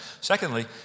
secondly